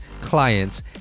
clients